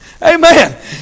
Amen